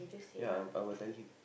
ya I I will tell him